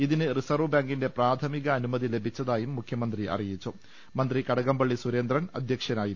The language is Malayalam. ഇതിന് റിസർവ് ബാങ്കിന്റെ പ്രാഥമിക അനുമതി ലഭിച്ചതായി മുഖ്യമന്ത്രി അറിയി ച്ചും മന്ത്രി കടകംപള്ളി സുരേന്ദ്രൻ അധ്യക്ഷനായിരുന്നു